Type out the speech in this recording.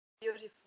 beautiful